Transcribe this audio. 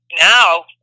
now